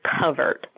covered